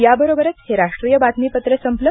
याबरोबरच हे राष्ट्रीय बातमीपत्र संपलं